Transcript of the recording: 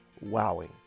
wowing